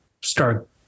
start